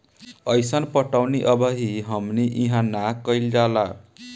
अइसन पटौनी अबही हमनी इन्हा ना कइल जाला